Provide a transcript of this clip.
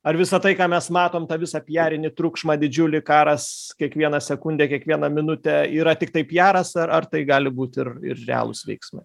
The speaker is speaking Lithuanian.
ar visa tai ką mes matom tą visą piarinį triukšmą didžiulį karas kiekvieną sekundę kiekvieną minutę yra tiktai piaras ar ar tai gali būt ir ir realūs veiksmai